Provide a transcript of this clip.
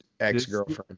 Ex-girlfriend